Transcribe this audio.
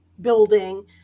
building